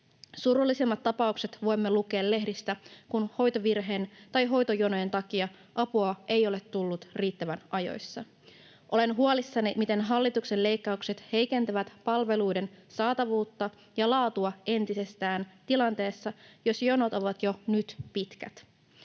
Surullisimmat tapaukset voimme lukea lehdistä, kun hoitovirheen tai hoitojonojen takia apua ei ole tullut riittävän ajoissa. Olen huolissani siitä, miten hallituksen leikkaukset heikentävät palveluiden saatavuutta ja laatua entisestään tilanteessa, jossa jonot ovat jo nyt pitkät.